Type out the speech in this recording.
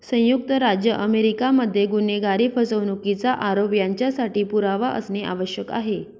संयुक्त राज्य अमेरिका मध्ये गुन्हेगारी, फसवणुकीचा आरोप यांच्यासाठी पुरावा असणे आवश्यक आहे